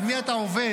על מי אתה עובד?